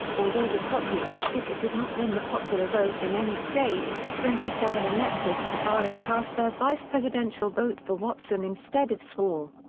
although the populist ticket did not win the popular vote in any state, twenty seven electors for bryan cast their vice-presidential vote for watson instead of sewall.